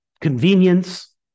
Convenience